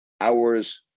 hours